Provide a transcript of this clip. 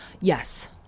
Yes